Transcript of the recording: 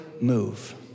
move